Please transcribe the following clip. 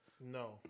No